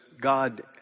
God